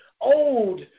old